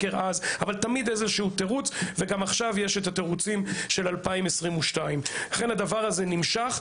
תמיד יש איזשהו תירוץ וגם עכשיו יש את התירוצים של 2022. הדבר הזה נמשך,